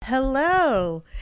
Hello